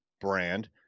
brand